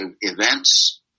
events